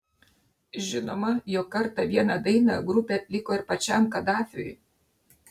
žinoma jog kartą vieną dainą grupė atliko ir pačiam kadafiui